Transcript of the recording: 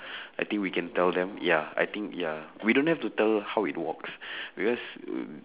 I think we can tell them ya I think ya we don't have to tell how it walks because